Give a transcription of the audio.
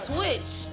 Switch